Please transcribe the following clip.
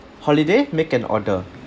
holiday make an order